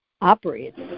operates